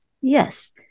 yes